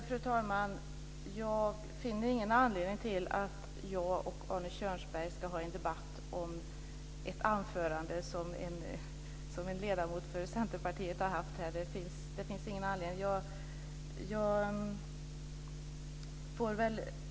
Fru talman! Jag finner ingen anledning till att jag och Arne Kjörnsberg ska ha en debatt om ett anförande från en ledamot för Centerpartiet. Det finns ingen anledning till det.